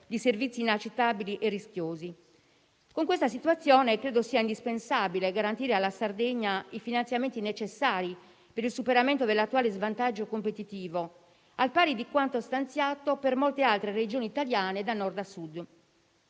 di servizi inaccettabili e rischiosi. Con questa situazione, credo sia indispensabile garantire alla Sardegna i finanziamenti necessari per il superamento dell'attuale svantaggio competitivo, al pari di quanto stanziato per molte altre Regioni italiane da Nord a Sud.